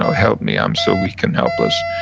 help me, i'm so weak and helpless.